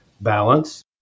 balance